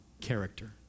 character